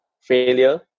failure